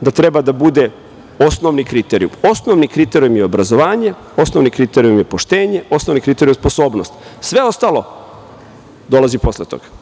da treba da bude osnovni kriterijum. Osnovni kriterijum je obrazovanje, osnovni kriterijum je poštenje, osnovni kriterijum je sposobnost. Sve ostalo dolazi posle toga.